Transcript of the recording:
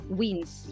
wins